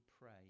pray